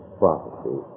prophecy